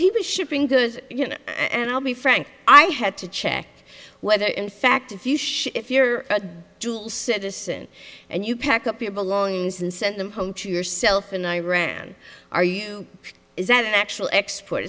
he was shipping because you know and i'll be frank i had to check whether in fact if you if you're a dual citizen and you pack up your belongings and send them home to yourself in iran are you is that an actual export